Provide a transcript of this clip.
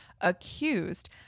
accused